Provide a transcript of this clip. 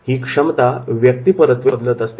ही क्षमता व्यक्तीपरत्वे बदलत असते